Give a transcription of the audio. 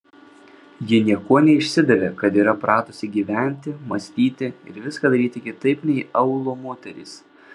ji niekuo neišsidavė kad yra pratusi gyventi mąstyti ir viską daryti kitaip nei aūlo moterys